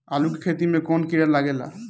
आलू के खेत मे कौन किड़ा लागे ला?